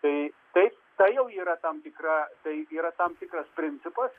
tai taip tai jau yra tam tikra tai yra tam tikras principas